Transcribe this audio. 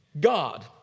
God